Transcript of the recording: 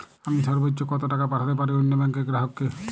আমি সর্বোচ্চ কতো টাকা পাঠাতে পারি অন্য ব্যাংকের গ্রাহক কে?